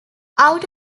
out